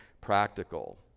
practical